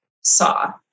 saw